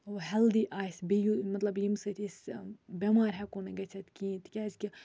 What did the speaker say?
ہی۪لدی آسہِ بیٚیہِ یُس مطلب ییٚمہِ سۭتۍ أسۍ بٮ۪مار ہٮ۪کو نہٕ گٔژھِتھ کِہیٖنۍ تِکیٛازِکہِ